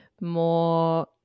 more